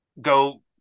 go